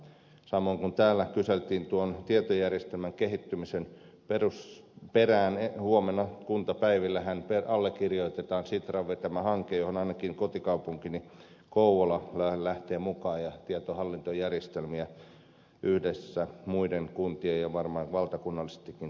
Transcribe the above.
samoin kun täällä kyseltiin tuon tietojärjestelmän kehittämisen perään niin huomenna kuntapäivillähän allekirjoitetaan sitran vetämä hanke johon ainakin kotikaupunkini kouvola lähtee mukaan ja tietohallintojärjestelmiä yhdessä muiden kuntien kanssa ja varmaan valtakunnallisestikin tehdään